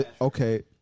Okay